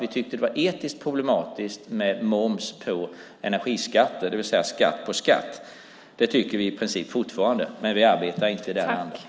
Vi sade att det var etiskt problematiskt med moms på energiskatter, det vill säga skatt på skatt. Det tycker vi i princip fortfarande, men vi arbetar inte i den andan.